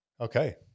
Okay